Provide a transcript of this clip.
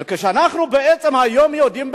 אבל כשאנחנו בעצם היום יודעים,